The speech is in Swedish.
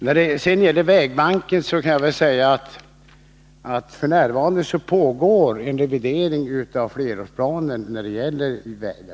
När det sedan gäller vägbanken kan jag säga att det f.n. pågår en revidering av flerårsplanen avseende vägar.